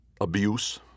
Abuse